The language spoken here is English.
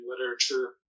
literature